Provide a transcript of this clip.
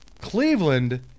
Cleveland